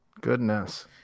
Goodness